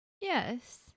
Yes